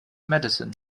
medicine